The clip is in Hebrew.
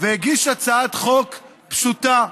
והגיש הצעת חוק פשוטה,